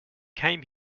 came